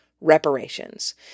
reparations